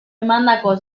emandako